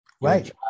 Right